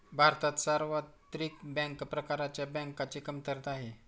भारतात सार्वत्रिक बँक प्रकारच्या बँकांची कमतरता आहे